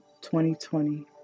2020